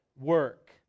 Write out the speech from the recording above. work